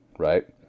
right